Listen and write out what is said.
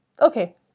Okay